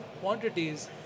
quantities